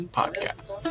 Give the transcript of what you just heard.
podcast